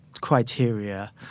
criteria